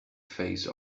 phase